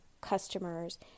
customers